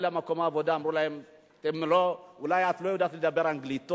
למקום עבודה ואמרו להם: אולי את לא יודעת לדבר טוב אנגלית,